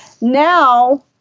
Now